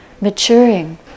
maturing